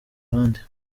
ruhande